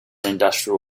industrial